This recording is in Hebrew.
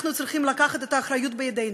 אנחנו צריכים לקחת את האחריות בידינו,